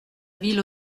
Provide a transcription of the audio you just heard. ville